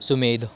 Sumedh